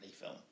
film